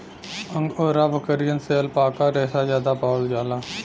angora बकरियन से alpaca रेसा जादा पावल जाला